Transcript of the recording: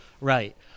Right